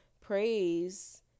praise